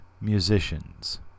musicians